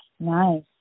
Nice